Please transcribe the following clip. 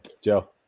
Joe